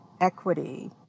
equity